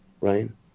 Ryan